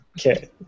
Okay